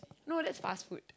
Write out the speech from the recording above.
no that's fast food